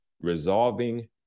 resolving